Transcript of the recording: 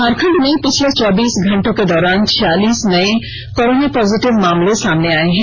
झारखंड में पिछले चौबीस घंटों के दौरान छियालीस नए कोरोना पॉजिटिव मामले सामने आए हैं